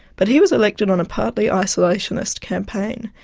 but he was elected on a partly isolationist campaign.